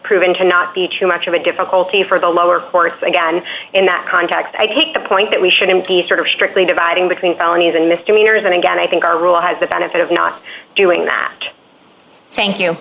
proven to not be too much of a difficulty for the lower force again in that context i take the point that we shouldn't be sort of strictly dividing between felonies and misdemeanors and again i think our rule has the benefit of not doing that thank you